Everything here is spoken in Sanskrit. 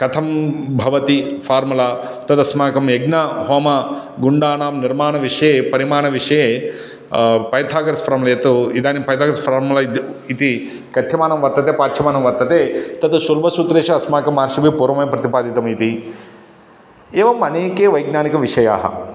कथं भवति फ़ार्मुला तद् अस्माकं यज्ञहोमगुण्डानां निर्माणविषये परिमाणविषये पैथागरस् फ़ार्मुले तु इदानीं पैथागोरस् फ़्रामुला अद्य इति कथ्यमानं वर्तते पाठ्यमानं वर्तते तद् शुल्बसूत्रषुः अस्माकं महर्षिभिः पूर्वमेव प्रतिपादितमिति एवम् अनेके वैज्ञानिकविषयाः